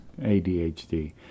ADHD